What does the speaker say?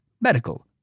medical